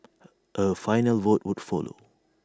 A final vote would follow